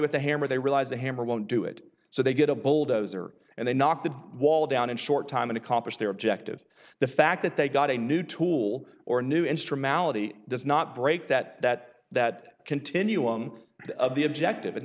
with a hammer they realize the hammer won't do it so they get a bulldozer and they knock the wall down in short time and accomplish their objective the fact that they've got a new tool or a new instrumentality does not break that that that continuum of the objective and